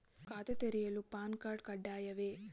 ಖಾತೆ ತೆರೆಯಲು PAN card ಕಡ್ಡಾಯವೇ?